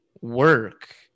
work